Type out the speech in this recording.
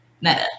meta